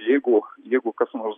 jeigu jeigu kas nors